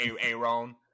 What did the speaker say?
Aaron